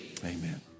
Amen